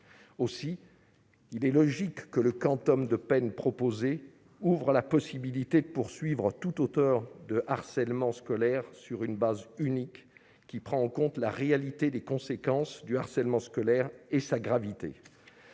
Aussi, il est logique que le quantum de peine proposé ouvre la possibilité de poursuivre tout auteur de harcèlement scolaire sur une base unique, qui prend en compte la réalité des conséquences du harcèlement scolaire et sa gravité.